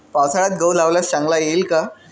पावसाळ्यात गहू लावल्यास चांगला येईल का?